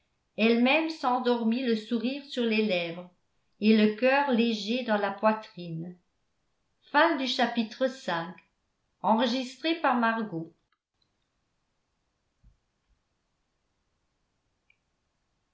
elle-même s'endormit le sourire sur les lèvres et le cœur léger dans la poitrine